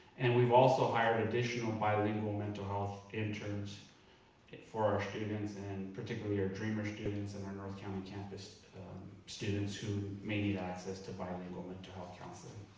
and we've also hired additional bilingual mental health interns for our students and particularly our dreamer students and our north county campus students who may need access to bilingual mental health counseling.